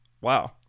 Wow